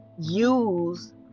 use